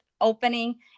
opening